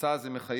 המסע הזה מחייב.